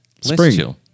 Spring